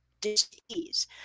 disease